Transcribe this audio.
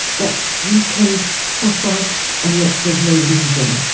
that we can suffer and yet there is no lesion.